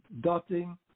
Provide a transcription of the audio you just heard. dotting